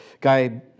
guy